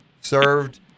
served